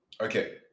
Okay